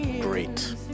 Great